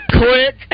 Quick